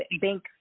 bank